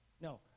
No